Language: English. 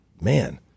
man